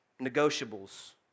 negotiables